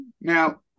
Now